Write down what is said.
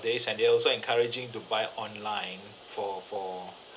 and they also encouraging to buy online for for